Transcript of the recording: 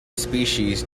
species